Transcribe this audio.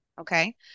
okay